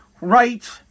right